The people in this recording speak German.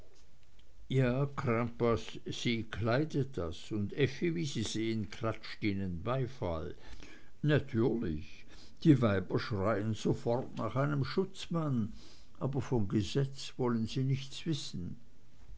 ja crampas sie kleidet das und effi wie sie sehen klatscht ihnen beifall natürlich die weiber schreien sofort nach einem schutzmann aber von gesetz wollen sie nichts wissen